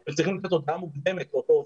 הם צריכים לתת הודעה מוקדמת לאותו עובד,